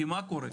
כי מה קורה,